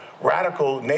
Radical